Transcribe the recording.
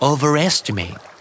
Overestimate